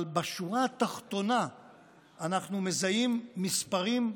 אבל בשורה התחתונה אנחנו מזהים מספרים,